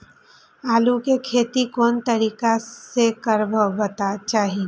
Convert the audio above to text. आलु के खेती कोन तरीका से करबाक चाही?